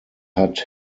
hat